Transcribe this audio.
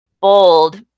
bold